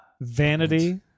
Vanity